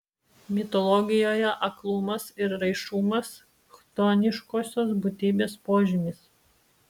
mitologijoje aklumas ir raišumas chtoniškosios būtybės požymis